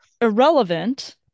Irrelevant